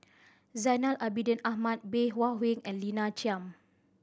Zainal Abidin Ahmad Bey Hua Heng and Lina Chiam